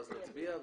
ואז נצביע,